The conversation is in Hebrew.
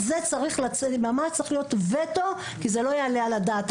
על זה צריך להיות וטו, כי זה לא יעלה על הדעת.